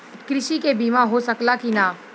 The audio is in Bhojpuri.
कृषि के बिमा हो सकला की ना?